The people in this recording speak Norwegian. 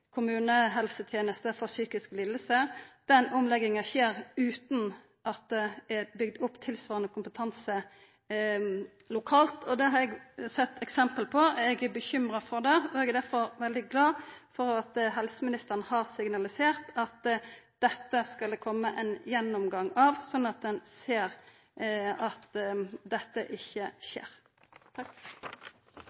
for psykiske lidingar. Den omlegginga skjer utan at det er bygd opp tilsvarande kompetanse lokalt. Det har eg sett eksempel på. Eg er bekymra for det, og er derfor veldig glad for at helseministeren har signalisert at dette skal det koma ein gjennomgang av, sånn at en ser at dette ikkje